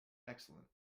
excellent